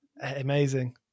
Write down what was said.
amazing